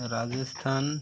Rajasthan